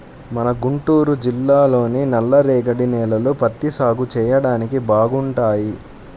మన గుంటూరు జిల్లాలోని నల్లరేగడి నేలలు పత్తి సాగు చెయ్యడానికి బాగుంటాయి